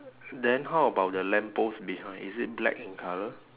then how about the lamppost behind is it black in colour